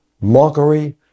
mockery